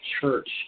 church